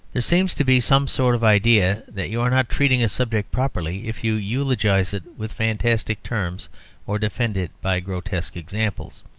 there seems to be some sort of idea that you are not treating a subject properly if you eulogise it with fantastic terms or defend it by grotesque examples.